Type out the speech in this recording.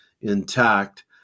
intact